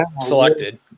selected